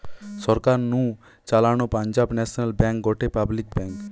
সরকার নু চালানো Punjab national bank গটে পাবলিক ব্যাঙ্ক